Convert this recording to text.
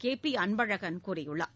K P Anbazhagan கூறியுள்ளார்